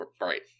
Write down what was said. Right